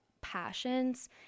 passions